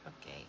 okay